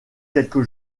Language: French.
quelques